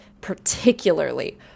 particularly